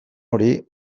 hori